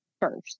first